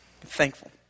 Thankful